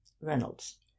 Reynolds